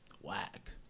Whack